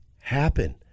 happen